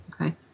Okay